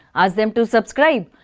ask them to subscribe,